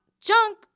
Junk